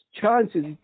chances